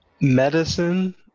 medicine